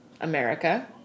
America